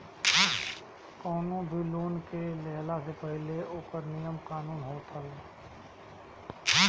कवनो भी लोन के लेहला से पहिले ओकर नियम कानून होत हवे